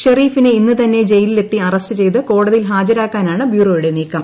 ഷെറീഫിനെ ഇന്ന് തന്നെ ജയിലിലെത്തി അറസ്റ്റ ്ചെയ്ത് കോടതിയിൽ ഹാജരാക്കാനാണ് ബ്യൂറോയുടെ നീക്കം